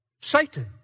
Satan